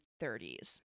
1930s